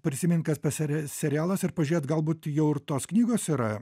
prisimint kas per sere serialas ir pažiūrėt galbūt jau ir tos knygos yra